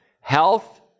Health